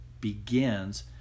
begins